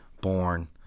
born